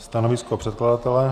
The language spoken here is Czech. Stanovisko předkladatele?